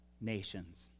nations